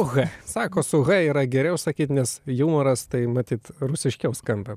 h sako su h yra geriau sakyt nes jumoras tai matyt rusiškiau skamba